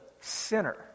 sinner